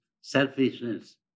selfishness